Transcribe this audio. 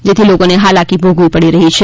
જેથી લોકોને હાલાકી ભોગવી પડી રહી છે